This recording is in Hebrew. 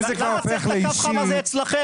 למה צריך את הקו החם הזה אצלכם?